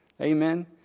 Amen